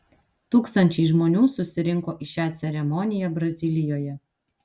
tūkstančiai žmonių susirinko į šią ceremoniją brazilijoje